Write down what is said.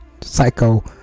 psycho